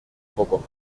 poco